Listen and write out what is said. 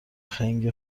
خنگ